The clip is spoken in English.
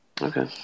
Okay